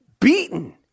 beaten